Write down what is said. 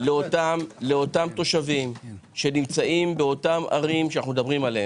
לאותם תושבים שנמצאים בערים שאנחנו מדברים עליהן.